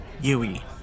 Yui